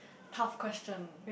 tough question